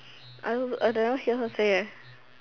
I don't know I never hear her say eh